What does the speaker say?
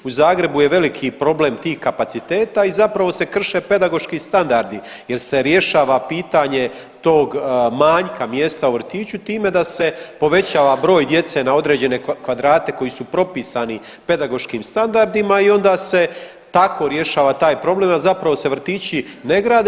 U Zagrebu je veliki problem tih kapaciteta i zapravo se krše pedagoški standardi, jer se rješava pitanje tog manjka mjesta u vrtiću time da se povećava broj djece na određene kvadrate koji su propisani pedagoškim standardima i onda se tako rješava ta problem, a zapravo se vrtići ne grade.